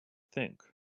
think